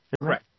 Right